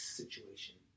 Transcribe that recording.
situation